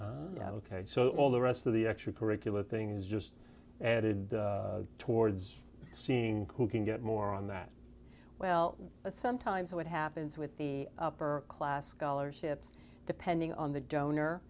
ok so all the rest of the extracurricular things just added towards seeing who can get more on that well sometimes what happens with the upper class scholarships depending on the donor